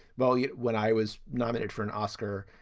well, yeah when i was nominated for an oscar,